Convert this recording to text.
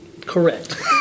Correct